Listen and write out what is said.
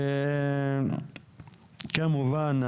כמובן,